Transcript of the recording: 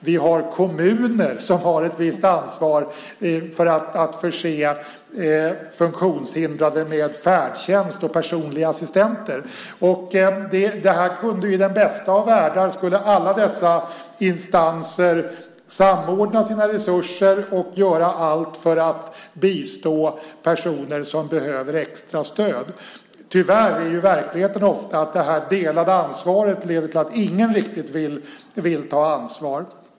Vidare har vi kommuner som har ett visst ansvar för att förse funktionshindrade med färdtjänst och personliga assistenter. I den bästa av världar skulle alla dessa instanser samordna sina resurser och göra allt för att bistå personer som behöver extra stöd. Tyvärr är verkligheten ofta den att det delade ansvaret leder till att ingen riktigt vill ta ansvar.